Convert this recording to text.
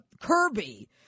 Kirby